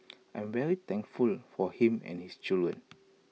I'm very thankful for him and his children